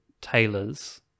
tailors